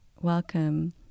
welcome